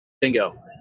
Bingo